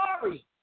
sorry